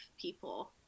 people